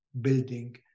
building